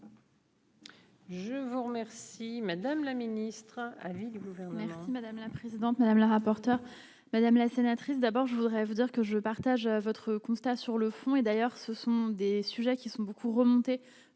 Je vous remercie, madame la ministre à vie du gouvernement. Merci madame la présidente, madame la rapporteure, madame la sénatrice de. Alors je voudrais vous dire que je partage votre constat sur le fond, et d'ailleurs, ce sont des sujets qui sont beaucoup remontée